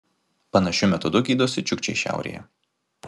panašiu metodu gydosi čiukčiai šiaurėje